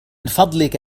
فضلك